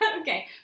Okay